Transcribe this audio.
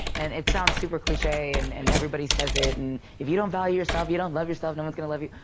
and it sounds so super cliche and and everybody says it, and if you don't value yourself, you don't love yourself, no one's going to love you.